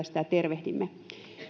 sitä tervehdimme